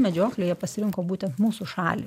medžioklėje pasirinko būtent mūsų šalį